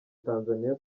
tanzaniya